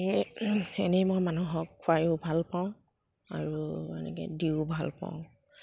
এনেই এনেই মই মানুহক খুৱায়ো ভালপাওঁ আৰু এনেকৈ দিয়ো ভালপাওঁ